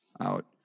out